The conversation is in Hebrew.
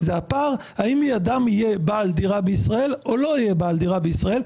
זה הפער האם אדם יהיה בעל דירה בישראל או לא יהיה בעל דירה בישראל,